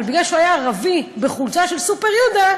אבל מפני שהוא ערבי בחולצה של "סופר יודה"